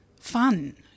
fun